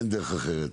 אין דרך אחרת.